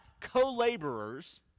co-laborers